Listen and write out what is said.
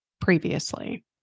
previously